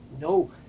no